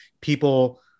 people